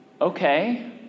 okay